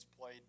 played